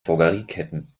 drogerieketten